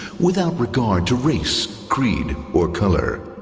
without regard to race, creed, or color.